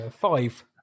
Five